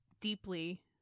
deeply